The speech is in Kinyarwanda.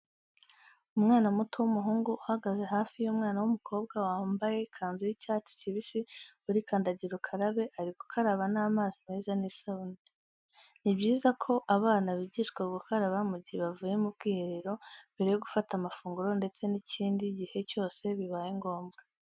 Umwana muto w'umuhungu uhagaze haafi y'umwana w'umukobwa wamabaye ikanzu y'icyatsi kibisi uri kuri kandagira ukarabe ari gukaraba n'amazi meza n'isabune. Ni byiza ko abana bigishwa gukaraba mu gihe bavuye mu bwiherero, mbere yo gufata amafunguro ndetse n'ikindi gihe cyose bibaye ngombwa.